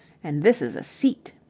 and this is a seat.